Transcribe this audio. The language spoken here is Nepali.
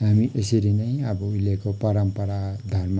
हामी यसरी नै अब उहिलेको परम्परा धर्म अब